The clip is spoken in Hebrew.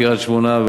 בקריית-שמונה,